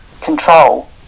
control